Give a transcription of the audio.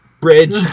Bridge